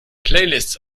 playlists